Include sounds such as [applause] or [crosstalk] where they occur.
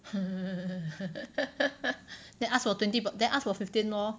[laughs] then ask for twenty then ask for fifteen lor